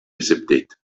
эсептейт